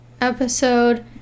episode